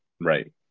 right